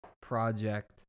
project